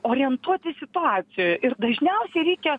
orientuotis situacijoj ir dažniausiai reikia